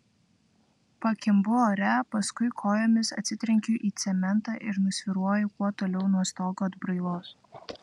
pakimbu ore paskui kojomis atsitrenkiu į cementą ir nusvyruoju kuo toliau nuo stogo atbrailos